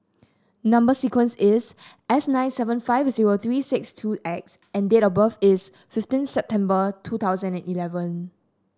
number sequence is S nine seven five zero three six two X and date of birth is fifteen September two thousand and eleven